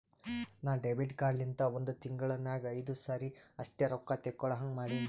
ನಾ debit card ಲಿಂತ ಒಂದ್ ತಿಂಗುಳ ನಾಗ್ ಐಯ್ದು ಸರಿ ಅಷ್ಟೇ ರೊಕ್ಕಾ ತೇಕೊಳಹಂಗ್ ಮಾಡಿನಿ